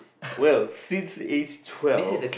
well since age twelve